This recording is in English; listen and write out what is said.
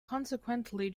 consequently